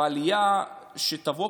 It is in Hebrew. העלייה שתבוא,